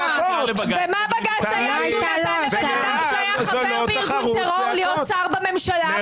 ובג"ץ נתן לאדם שהיה חבר בארגון טרור להיות שר בממשלה,